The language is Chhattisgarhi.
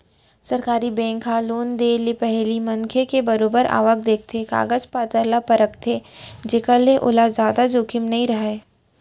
सरकारी बेंक ह लोन देय ले पहिली मनसे के बरोबर आवक देखथे, कागज पतर ल परखथे जेखर ले ओला जादा जोखिम नइ राहय